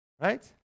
Right